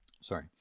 sorry